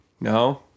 No